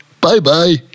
Bye-bye